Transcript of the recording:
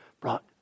brought